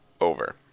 Over